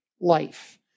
life